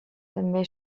també